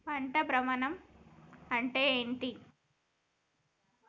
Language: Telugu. పంట భ్రమణం అంటే ఏంటి?